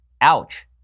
Ouch